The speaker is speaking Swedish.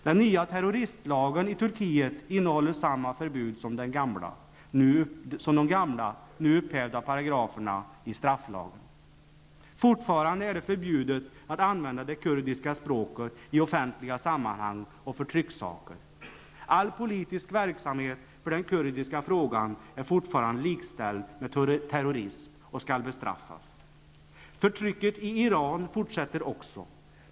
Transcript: Den nya terroristlagen i Turkiet innehåller samma förbud som de gamla, nu upphävda paragraferna i strafflagen. Fortfarande är det förbjudet att använda det kurdiska språket i offentliga sammanhang och för trycksaker. All politisk verksamhet för den kurdiska frågan är fortfarande likställd med terrorism och skall bestraffas. Också förtrycket i Iran fortsätter.